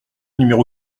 numéro